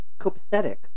copacetic